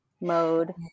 mode